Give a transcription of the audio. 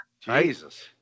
Jesus